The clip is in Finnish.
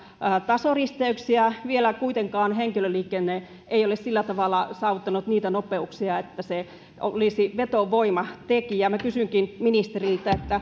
tasoristeyksiä vielä kuitenkaan henkilöliikenne ei ole sillä tavalla saavuttanut niitä nopeuksia että se olisi vetovoimatekijä minä kysynkin ministeriltä